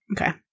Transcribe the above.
Okay